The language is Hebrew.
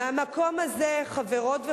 מהמקום הזה, חברות וחברים,